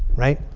right?